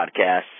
podcasts